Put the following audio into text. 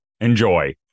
Enjoy